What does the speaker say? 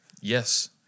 Yes